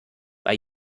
bei